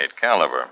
caliber